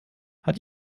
hat